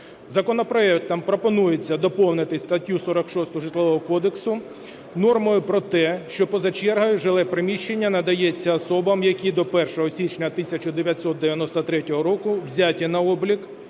Законопроектом пропонується доповнити статтю 46 Житлового кодексу нормою про те, що поза чергою жиле приміщення надається: особам, які до 1 січня 1993 року взяті на облік